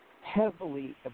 heavily